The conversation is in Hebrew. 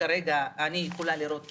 שכרגע אני יכולה לראות כישים.